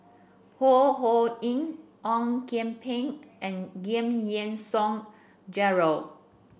Ho Ho Ying Ong Kian Peng and Giam Yean Song Gerald